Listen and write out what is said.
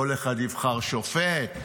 כל אחד יבחר שופט,